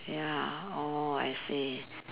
ya oh I see